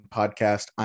podcast